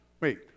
Wait